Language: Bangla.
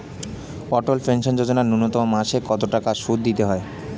অটল পেনশন যোজনা ন্যূনতম মাসে কত টাকা সুধ দিতে হয়?